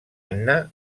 anna